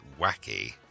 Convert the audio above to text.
wacky